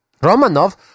Romanov